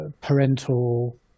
parental